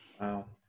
Wow